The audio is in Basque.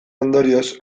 ondorioz